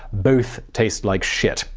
both taste like shit.